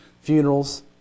funerals